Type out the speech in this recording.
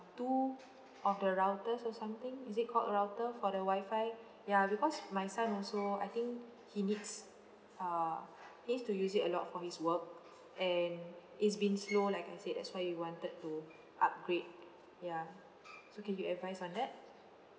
two of the routers or something is it called router for the wifi ya because my son also I think he needs uh he needs to use it a lot for his work and it's been slow like I said that's why we wanted to upgrade ya so can you advise on that